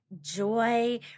joy